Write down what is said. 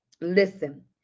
Listen